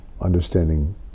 understanding